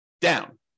down